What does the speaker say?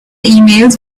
emails